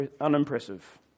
unimpressive